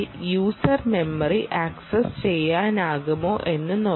user memory access ചെയ്യാനാകുമോ എന്ന് നോക്കാം